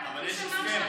אבל יש הסכם.